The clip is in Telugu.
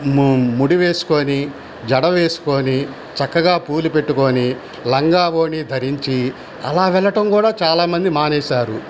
ముడి వేసుకొని జడ వేసుకొని చక్కగా పూలు పెట్టుకొని లంగా ఓణి ధరించి అలా వెళ్ళటం కూడా చాలా మంది మానేశారు